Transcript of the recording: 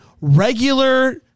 regular